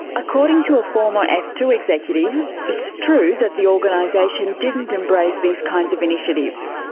according to a former f two executive it's true that the organisation didn't embrace these kinds of initiatives.